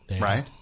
Right